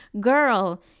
Girl